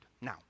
Now